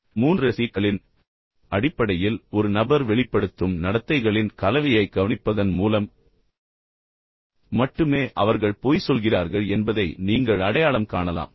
எனவே மூன்று சி களின் அடிப்படையில் ஒரு நபர் வெளிப்படுத்தும் நடத்தைகளின் கலவையைக் கவனிப்பதன் மூலம் மட்டுமே அவர்கள் பொய் சொல்கிறார்கள் என்பதை நீங்கள் அடையாளம் காணலாம்